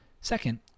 Second